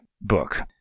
book